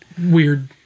weird